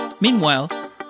Meanwhile